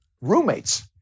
roommates